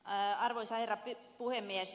arvoisa herra puhemies